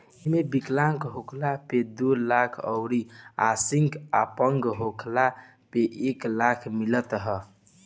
एमे विकलांग होखला पे दो लाख अउरी आंशिक अपंग होखला पे एक लाख मिलत ह